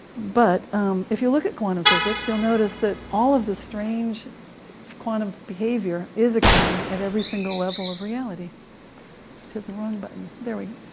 but if you look at quantum physics, you'll notice that all of the strange quantum behavior is occurring at every single level of reality. i just hit the wrong button. there we